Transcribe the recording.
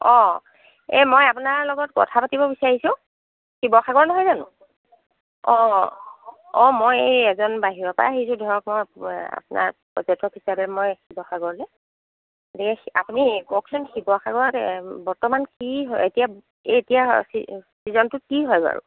অ' এ মই আপোনাৰ লগত কথা পাতিব বিচাৰিছো শিৱসাগৰ নহয় জানো অ' অ' অ' অ' মই এই এজন বাহিৰৰ পৰা আহিছো ধৰক মই আপোনাৰ পৰ্যটক হিচাপে মই শিৱসাগৰলে গতিকে আপুনি কওকচোন শিৱসাগৰত এ বৰ্তমান কি হৈ এতিয়া এতিয়া চি চিজনটোত কি হয় বাৰু